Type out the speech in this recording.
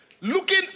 looking